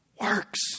Works